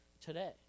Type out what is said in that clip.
today